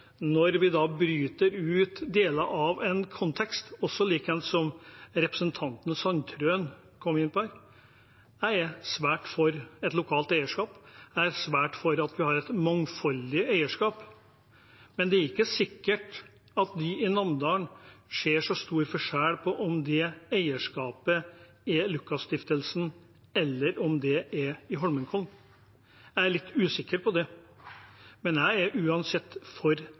når vi bryter ut deler av en kontekst, også likeens som det representanten Sandtrøen kom inn på her, at jeg er svært for et lokalt eierskap, jeg er svært for at vi har et mangfoldig eierskap, men det er ikke sikkert at vi i Namdalen ser så stor forskjell på om det eierskapet er Lukas Stiftung eller om det er i Holmenkollen. Jeg er litt usikker på det. Jeg er uansett for